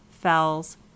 fowls